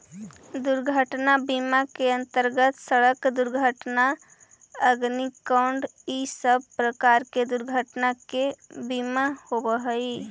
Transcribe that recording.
दुर्घटना बीमा के अंतर्गत सड़क दुर्घटना अग्निकांड इ सब प्रकार के दुर्घटना के बीमा होवऽ हई